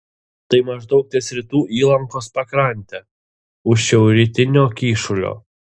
tai maždaug ties rytų įlankos pakrante už šiaurrytinio kyšulio